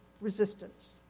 resistance